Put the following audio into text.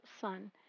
son